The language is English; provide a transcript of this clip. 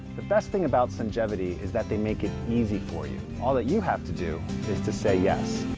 the best thing about sungevity is that they make it easy for you. all that you have to do is to say yes.